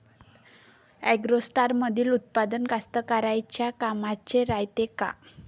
ॲग्रोस्टारमंदील उत्पादन कास्तकाराइच्या कामाचे रायते का?